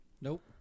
Nope